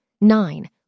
Nine